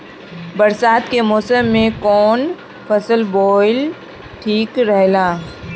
बरसात के मौसम में कउन फसल बोअल ठिक रहेला?